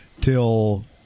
till